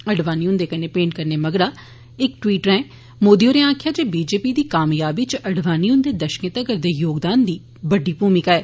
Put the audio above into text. अडवाणी हुन्दे कन्नै भेट करने मगरा इक ट्वीट राए मोदी होरें आक्खेआ जे बीजेपी दी कामयाबी च अडवाणी हुन्दे दशकें तक्कर दे योगदान दी बड्डी भूमका ऐ